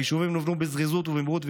היישובים נבנו בזריזות ובמהירות,